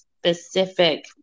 specific